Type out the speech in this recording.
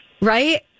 Right